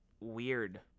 weird